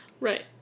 Right